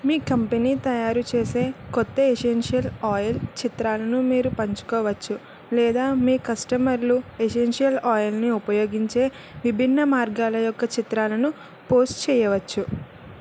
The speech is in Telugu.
మీ కంపెనీ తయారు చేసే కొత్త ఎసెన్షియల్ ఆయిల్ చిత్రాలను మీరు పంచుకోవచ్చు లేదా మీ కస్టమర్లు ఎసెన్షియల్ ఆయిల్ని ఉపయోగించే విభిన్న మార్గాల యొక్క చిత్రాలను పోస్ట్ చేయవచ్చు